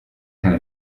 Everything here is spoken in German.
kann